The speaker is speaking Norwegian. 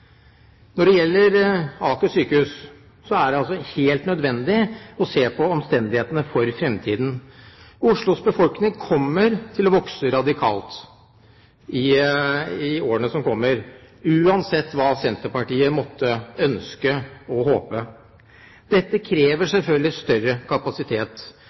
Når det gjelder Aker sykehus, er det helt nødvendig å se på omstendighetene for fremtiden. Oslos befolkning kommer til å vokse radikalt i årene som kommer, uansett hva Senterpartiet måtte ønske og håpe. Dette krever selvfølgelig større kapasitet